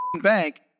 bank